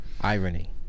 Irony